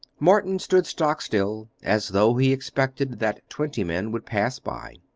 morton stood stock still, as though he expected that twentyman would pass by.